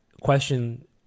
question